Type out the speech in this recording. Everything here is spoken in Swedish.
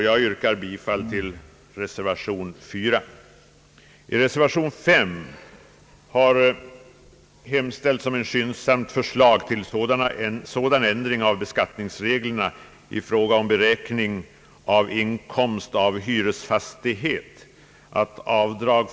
Jag yrkar därför bifall till reservation 4.